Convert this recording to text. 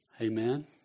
Amen